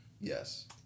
Yes